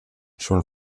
schon